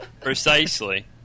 Precisely